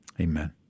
Amen